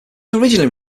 originally